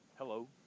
Hello